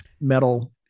metal